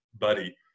buddy